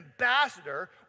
ambassador